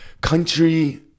country